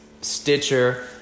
Stitcher